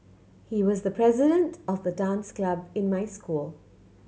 he was the president of the dance club in my school